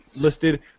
listed